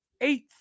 eighth